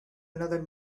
another